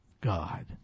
God